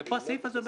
הוא אמר